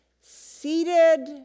seated